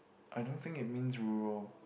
I don't think it means rural